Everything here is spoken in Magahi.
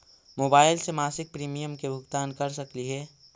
मोबाईल से मासिक प्रीमियम के भुगतान कर सकली हे?